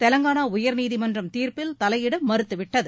தெலங்கானா உயர்நீதிமன்றம் தீர்ப்பில் தலையிட மறுத்துவிட்டது